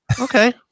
Okay